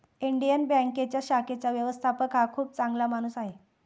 Indian बँकेच्या शाखेचा व्यवस्थापक हा खूप चांगला माणूस आहे